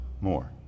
more